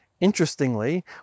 interestingly